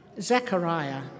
Zechariah